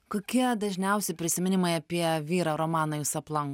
kokie dažniausi prisiminimai apie vyrą romaną jus aplanko